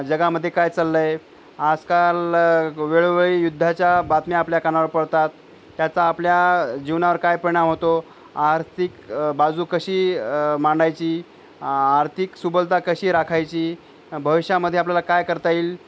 जगामध्ये काय चाललं आहे आजकाल वेळोवेळी युद्धाच्या बातम्या आपल्या कानावर पडतात त्याचा आपल्या जीवनावर काय परिणाम होतो आर्थिक बाजू कशी मांडायची आर्थिक सुबलता कशी राखायची भविष्यामध्ये आपल्याला काय करता येईल